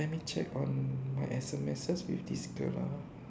let me check on my S_M_Ses with this girl ah